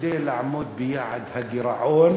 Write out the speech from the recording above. כדי לעמוד ביעד הגירעון,